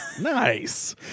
Nice